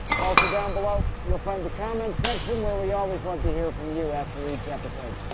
also down below you'll find the comment section, where we always love to hear from you after each episode.